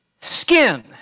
skin